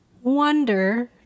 wonder